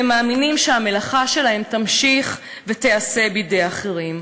והם מאמינים שהמלאכה שלהם תמשיך ותיעשה בידי אחרים,